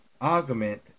argument